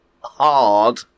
hard